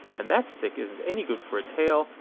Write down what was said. and that stick isn't any good for a tail,